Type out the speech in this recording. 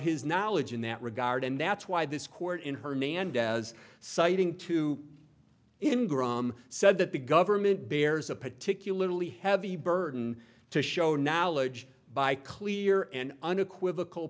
his knowledge in that regard and that's why this court in hernandez citing to him graham said that the government bears a particularly heavy burden to show knowledge by clear and unequivocal